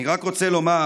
אני רק רוצה לומר